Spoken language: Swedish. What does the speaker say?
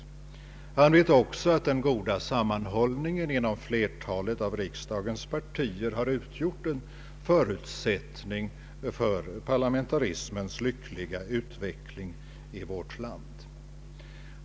Han vet också, att den goda sammanhållningen inom flertalet av riksdagens partier har utgjort en förutsättning för parlamentarismens lyckliga utveckling i vårt land.